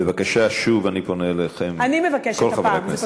בבקשה, שוב אני פונה אליכם, כל חברי הכנסת שם.